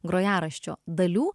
grojaraščio dalių